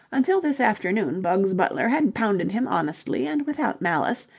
until this afternoon bugs butler had pounded him honestly and without malice,